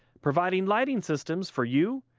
providing lighting systems for you,